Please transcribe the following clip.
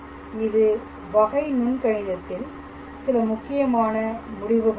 இது வகை நுண்கணிதத்தில் சில முக்கியமான முடிவுகளாகும்